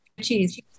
Cheese